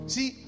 See